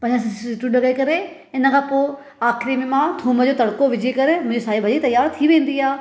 पंज छह सीटियूं ॾेवाई करे इन खां पोइ आख़िरी में मां थुम जो तड़िको विझी करे मुंहिंजी साई भाॼी तयार थी वेंदी आहे